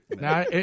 Now